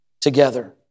together